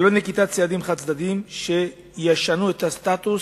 ללא נקיטת צעדים חד-צדדיים שישנו את הסטטוס